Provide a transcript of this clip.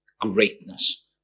greatness